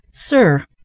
Sir